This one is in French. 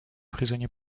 prisonniers